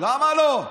למה לא?